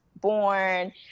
born